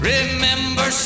Remember